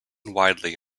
widely